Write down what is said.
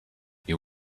you